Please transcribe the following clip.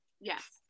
Yes